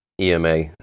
EMA